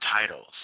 titles